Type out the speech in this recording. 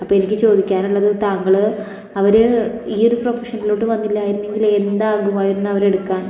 അപ്പം എനിക്ക് ചോദിക്കാന് ഉള്ളത് താങ്കള് അവര് ഈ ഒരു പ്രഫഷനിലോട്ട് വന്നില്ലായിരുന്നെങ്കിൽ എന്താകുമായിരുന്നു അവരെടുക്കാൻ